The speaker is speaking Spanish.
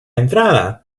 entrada